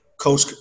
coach